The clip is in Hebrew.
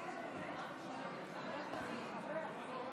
למי שנמצא בהכשרה מקצועית),